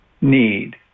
need